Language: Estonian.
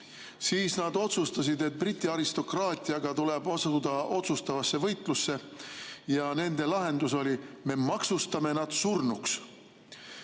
siis nad otsustasid, et Briti aristokraatiaga tuleb asuda otsustavasse võitlusse. Nende lahendus oli: me maksustame nad surnuks.